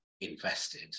invested